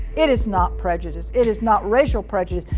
it is not prejudice, it is not racial prejudice,